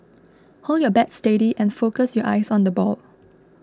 hold your bat steady and focus your eyes on the ball